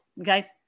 okay